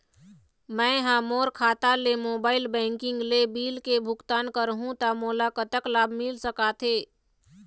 मैं हा मोर खाता ले मोबाइल बैंकिंग ले बिल के भुगतान करहूं ता मोला कतक लाभ मिल सका थे?